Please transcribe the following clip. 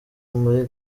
muri